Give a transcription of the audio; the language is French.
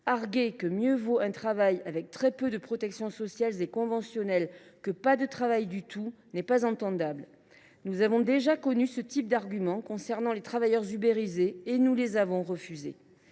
Arguer que mieux vaut un travail avec très peu de protections sociales et conventionnelles que pas de travail du tout n’est pas audible. Nous avons déjà entendu ce type d’arguments concernant les travailleurs ubérisés, et nous les avons refusés.